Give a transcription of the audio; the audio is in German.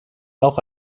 auch